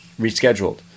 rescheduled